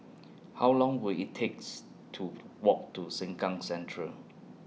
How Long Will IT takes to Walk to Sengkang Central